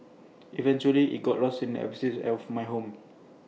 eventually IT got lost in the abyss of my home